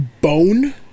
bone